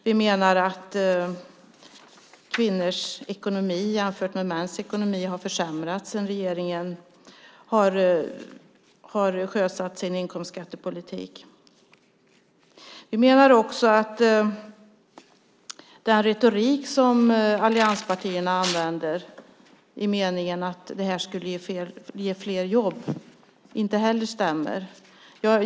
Vi menar att kvinnors ekonomi jämfört med mäns har försämrats sedan regeringen har sjösatt sin inkomstskattepolitik. Vi menar vidare att den retorik som allianspartierna använder, i meningen att det skulle ge fler jobb, inte heller stämmer.